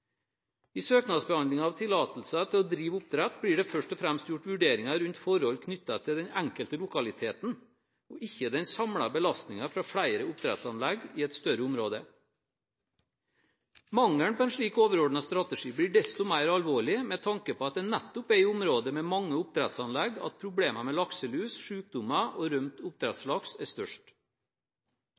I søknadsbehandlingen av tillatelser til å drive oppdrett blir det først og fremst gjort vurderinger rundt forhold knyttet til den enkelte lokaliteten, og ikke den samlede belastningen fra flere oppdrettsanlegg i et større område. Mangelen på en slik overordnet strategi blir desto mer alvorlig med tanke på at det nettopp er i områder med mange oppdrettsanlegg at problemene med lakselus, sykdommer og rømt oppdrettslaks er størst.